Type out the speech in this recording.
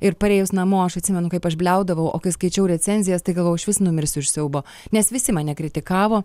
ir parėjus namo aš atsimenu kaip aš bliaudavau o kai skaičiau recenzijas tai galvojau išvis numirsiu iš siaubo nes visi mane kritikavo